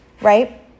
right